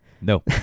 No